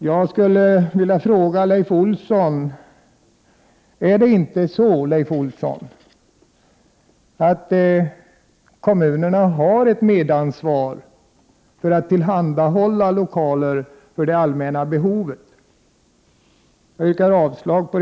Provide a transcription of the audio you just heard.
Jag yrkar avslag på reservationen 2.